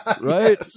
right